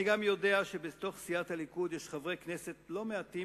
אני גם יודע שבתוך סיעת הליכוד יש חברי כנסת לא מעטים,